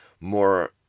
more